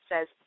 says